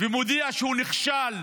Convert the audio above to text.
ומודיע שהוא נכשל